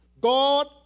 God